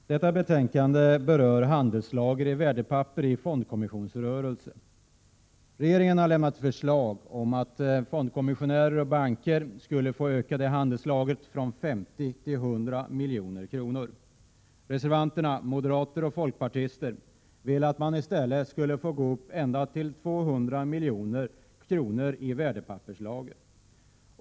Fru talman! Detta betänkande berör handelslager av värdepapper i fondkommissionsrörelse. Regeringen har lämnat ett förslag om att fondkommissionärer och banker skulle få utöka handelslagret från 50 till 100 milj.kr. Reservanterna — moderater och folkpartister — vill att man i stället skall få gå upp ända till 200 milj.kr. i värdepapperslager.